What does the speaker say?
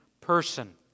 person